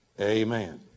amen